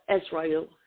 Israel